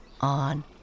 on